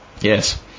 Yes